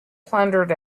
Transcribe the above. plundered